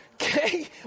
Okay